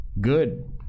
Good